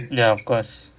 ya of course